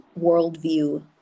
worldview